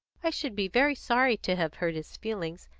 i should be very sorry to have hurt his feelings,